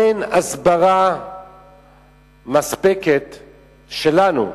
אין הסברה מספקת שלנו,